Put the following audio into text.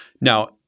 Now